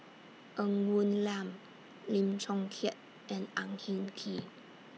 Ng Woon Lam Lim Chong Keat and Ang Hin Kee